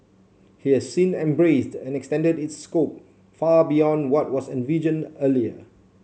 he has since embraced and extended its scope far beyond what was envisioned earlier